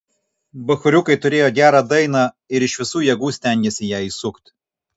bachūriukai turėjo gerą dainą ir iš visų jėgų stengėsi ją įsukt